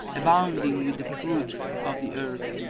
abounding with the fruits of the earth.